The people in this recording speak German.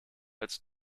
als